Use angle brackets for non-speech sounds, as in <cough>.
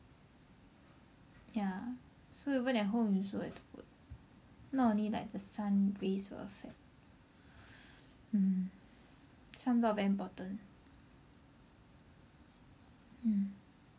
ya so even at home you also have to put not only like the sun rays will affect <breath> mm sunblock very important mm